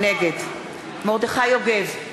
נגד מרדכי יוגב,